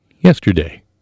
yesterday